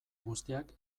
guztiak